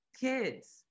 kids